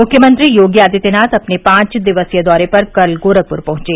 मुख्यमंत्री योगी आदित्यनाथ अपने पांच दिक्सीय दौरे पर कल गोरखपुर पहुंचे